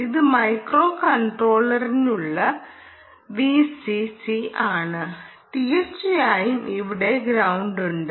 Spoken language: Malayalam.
ഇത് മൈക്രോകൺട്രോളറിനുള്ള വിസിസിയാണ് തീർച്ചയായും ഇവിടെ ഗ്രൌണ്ടുണ്ട്